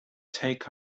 take